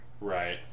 Right